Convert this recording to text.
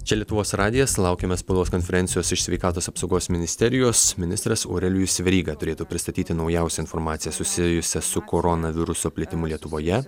čia lietuvos radijas laukiame spaudos konferencijos iš sveikatos apsaugos ministerijos ministras aurelijus veryga turėtų pristatyti naujausią informaciją susijusią su koronaviruso plitimu lietuvoje